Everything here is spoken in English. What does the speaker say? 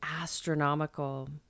astronomical